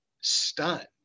stunned